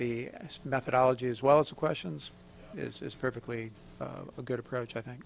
the methodology as well as the questions is is perfectly a good approach i think